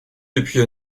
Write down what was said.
depuis